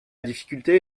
difficulté